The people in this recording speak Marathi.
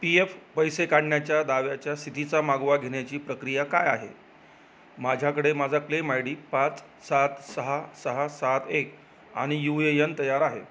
पी येफ पैसे काढण्याच्या दाव्याच्या स्थितीचा मागोवा घेण्याची प्रक्रिया काय आहे माझ्याकडे माझा क्लेम आय डी पाच सात सहा सहा सात एक आणि यू ये यन तयार आहे